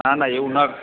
ના ના એવું નથી